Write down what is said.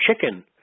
chicken